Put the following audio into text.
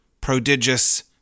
prodigious